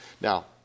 Now